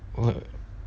oh